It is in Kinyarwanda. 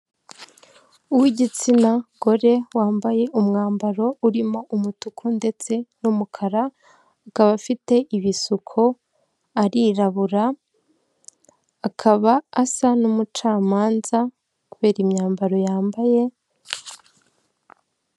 Uw'igitsina gore wambaye umwambaro urimo umutuku ndetse n'umukara, akaba afite ibisuko arirabura akaba asa n'umucamanza kubera imyambaro yambaye.